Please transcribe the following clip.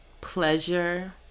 pleasure